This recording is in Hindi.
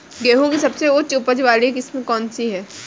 गेहूँ की सबसे उच्च उपज बाली किस्म कौनसी है?